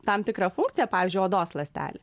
tam tikrą funkciją pavyzdžiui odos ląstelių